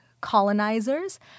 colonizers